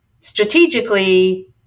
strategically